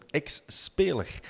ex-speler